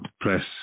press